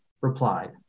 replied